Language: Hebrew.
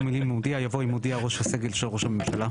במקום המילים 'אם הודיע' יבוא 'אם הודיע ראש הסגל של ראש הממשלה'.